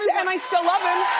and i still love him!